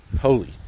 holy